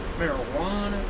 marijuana